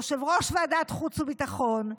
יושב-ראש ועדת החוץ והביטחון,